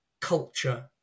culture